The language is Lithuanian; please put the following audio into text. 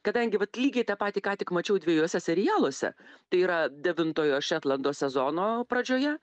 kadangi vat lygiai tą patį ką tik mačiau dviejuose serialuose tai yra devintojo šetlando sezono pradžioje